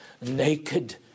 naked